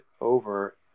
over